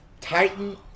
Titan